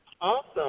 Awesome